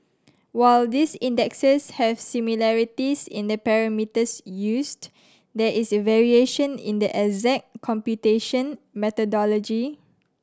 while these indexes have similarities in the parameters used there is variation in the exact computation methodology